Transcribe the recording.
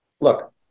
look